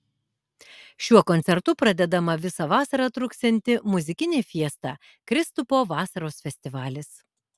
šiuo koncertu pradedama visą vasarą truksianti muzikinė fiesta kristupo vasaros festivalis